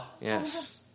Yes